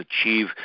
achieve